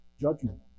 Judgment